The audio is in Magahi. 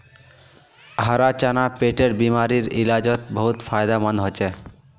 हरा चना पेटेर बिमारीर इलाजोत बहुत फायदामंद होचे